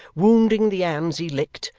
wounding the hands he licked,